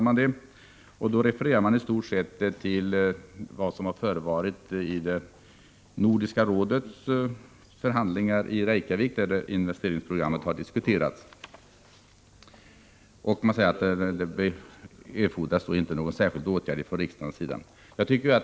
Man refererar i stort sett till vad som har förevarit vid Nordiska rådets förhandlingar i Reykjavik, där investeringsprogrammet har ” diskuterats, och säger att det inte erfordras någon särskild åtgärd från riksdagens sida.